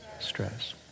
Stress